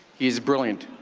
he's brilliant,